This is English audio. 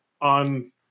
on